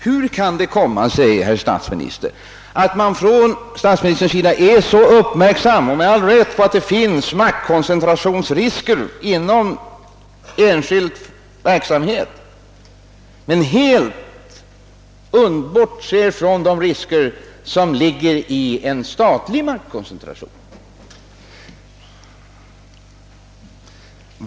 Hur kan det komma sig att statsministern är så uppmärksam — med all rätt — på att det finns maktkoncentrationsrisker inom enskild verksamhet men helt bortser från de risker som ligger i en statlig maktkoncentration?